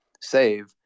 save